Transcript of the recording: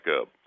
up